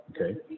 okay